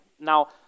Now